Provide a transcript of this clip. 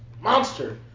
monster